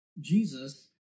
Jesus